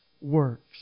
works